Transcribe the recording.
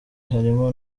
harimo